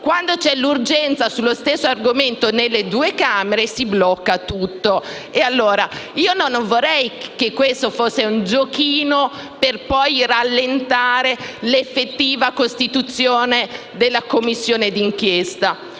quando c'è l'urgenza sul medesimo argomento nei due rami del Parlamento, si blocca tutto. Non vorrei quindi che questo fosse un giochino per poi rallentare l'effettiva costituzione della Commissione d'inchiesta.